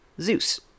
Zeus